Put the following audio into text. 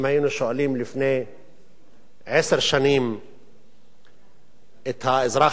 אם היינו שואלים לפני עשר שנים את האזרח